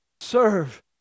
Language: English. serve